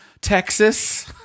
Texas